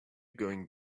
going